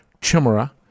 chimera